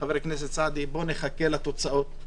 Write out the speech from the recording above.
חבר הכנסת סעדי, בוא נחכה לתוצאות.